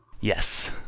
yes